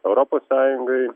europos sąjungai